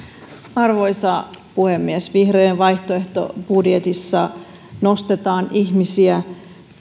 arvoisa puhemies vihreiden vaihtoehtobudjetissa nostetaan ihmisiä